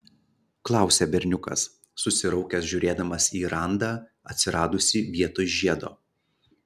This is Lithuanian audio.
klausia berniukas susiraukęs žiūrėdamas į randą atsiradusį vietoj žiedo